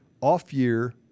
off-year